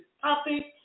topic